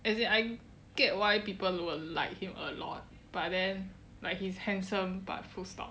as in I get why people would like him a lot but then like he's handsome but full stop